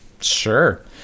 Sure